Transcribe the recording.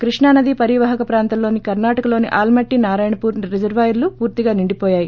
కృష్ణా నది పరివాహక ప్రాంతంలో కర్ణాటకలోని ఆల్కట్టి నారాయణపూర్ రిజర్వాయర్లు పూర్తిగా నిండిపోయాయి